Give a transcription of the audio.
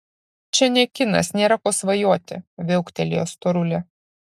čia ne kinas nėra ko svajoti viauktelėjo storulė